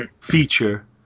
Feature